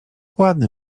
ładny